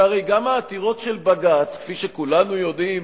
שהרי גם העתירות של בג"ץ, כפי שכולנו יודעים,